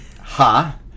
Ha